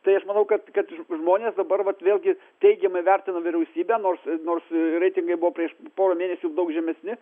tai aš manau kad kad žmonės dabar vat vėlgi teigiamai vertina vyriausybę nors nors jų reitingai buvo prieš porą mėnesių daug žemesni